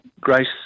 Grace